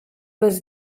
was